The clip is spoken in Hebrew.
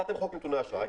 יצרתם חוק נתוני אשראי,